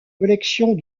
collections